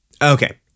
Okay